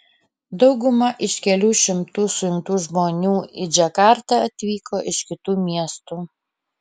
dauguma iš kelių šimtų suimtų žmonių į džakartą atvyko iš kitų miestų